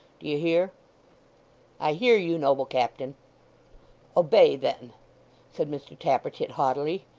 do you hear i hear you, noble captain obey then said mr tappertit haughtily.